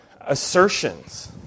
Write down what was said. assertions